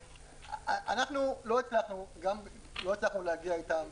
אנחנו לא הצלחנו להגיע איתם